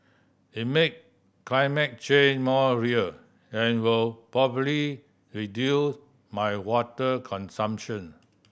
it make climate change more real and will probably reduce my water consumption